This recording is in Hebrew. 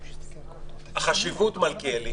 החשיבות, מלכיאלי